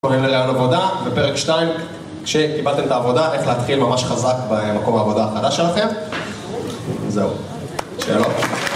קובעים לריאיון עבודה, בפרק 2, כשקיבלתם את העבודה, איך להתחיל ממש חזק במקום העבודה החדש שלכם. זהו. שאלות?